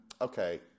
okay